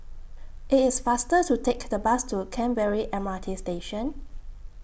IT IS faster to Take The Bus to Canberra M R T Station